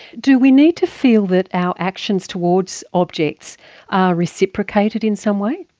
do we need to feel that our actions towards objects are reciprocated in some way?